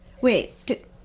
Wait